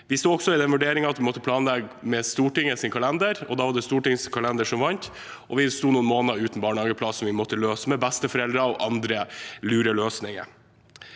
Vi sto også i den situasjonen at vi måtte planlegge med Stortingets kalender. Da var det Stortingets kalender som vant, og vi sto noen måneder uten barnehageplass og måtte løse det med besteforeldre og andre lure løsninger.